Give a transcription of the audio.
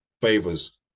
favors